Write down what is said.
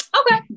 okay